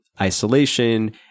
isolation